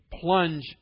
plunge